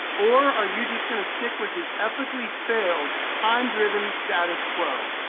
or are you just gonna stick with the epically failed, time-driven status quo?